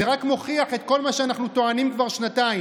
זה רק מוכיח את כל מה שאנחנו טוענים כבר שנתיים.